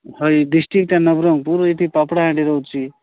high ଡିଷ୍ଟିକଟା ନବରଙ୍ଗପୁର ଏଠି ପାପଡ଼ାହାଣ୍ଡି ରହୁଛି